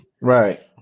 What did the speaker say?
Right